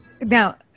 Now